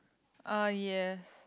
uh yes